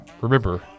Remember